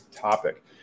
topic